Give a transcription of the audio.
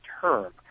term